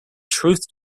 truth